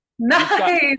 Nice